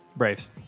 Braves